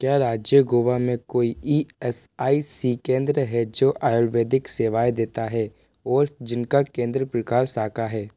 क्या राज्य गोवा में कोई ई एस आई सी केंद्र हैं जो आयुर्वेदिक सेवाएँ देता है और जिनका केंद्र प्रकार शाखा है